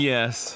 Yes